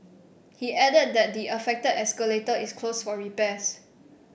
he added that the affected escalator is closed for repairs